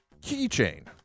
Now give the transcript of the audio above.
keychain